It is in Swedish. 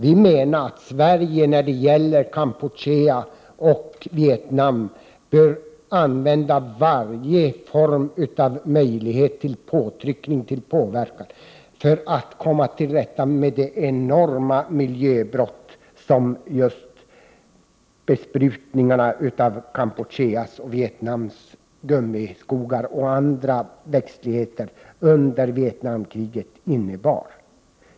Vi menar att Sverige bör använda varje möjlighet till påtryckning och påverkan för att komma till rätta med de enorma miljöbrott som besprutningarna av gummiskogar och annan växtlighet i Kampuchea och Vietnam under Vietnamkriget innebar.